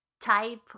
type